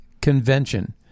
Convention